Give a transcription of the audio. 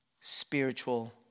spiritual